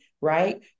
right